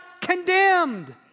condemned